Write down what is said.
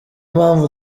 mpamvu